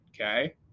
Okay